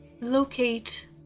locate